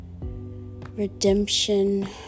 redemption